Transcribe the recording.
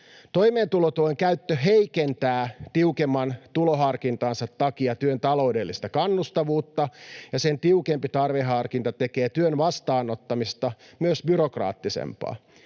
”Toimeentulotuen käyttö heikentää tiukemman tuloharkintansa takia työn taloudellista kannustavuutta, ja sen tiukempi tarveharkinta tekee työn vastaanottamisesta myös byrokraattisempaa.